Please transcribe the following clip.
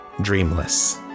dreamless